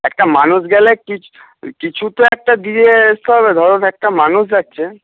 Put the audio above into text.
একটা মানুষ গেলে কিছু কিছু তো একটা দিয়ে আসতে হবে ধরুন একটা মানুষ যাচ্ছে